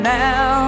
now